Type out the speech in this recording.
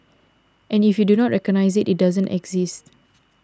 and if you do not recognise it it doesn't exist